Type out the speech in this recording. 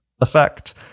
effect